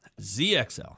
ZXL